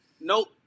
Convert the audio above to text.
nope